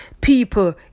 people